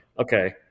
okay